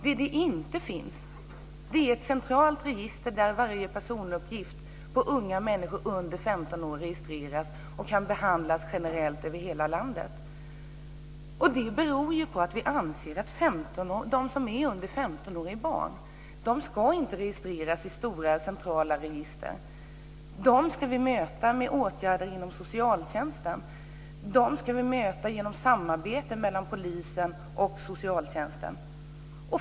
Det som inte finns är ett centralt register där varje personuppgift på unga människor under 15 år registreras och kan behandlas generellt över hela landet. Det beror på att vi anser att de som är under 15 år är barn, och de ska inte registeras i stora centrala register. Dem ska vi möta med åtgärder inom socialtjänsten. Dem ska vi möta genom samarbete mellan polisen och socialtjänsten.